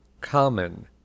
common